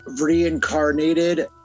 reincarnated